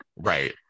right